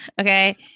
Okay